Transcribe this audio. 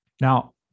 Now